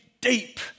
deep